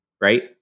right